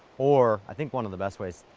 or i think one of the best ways,